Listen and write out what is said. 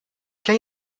ken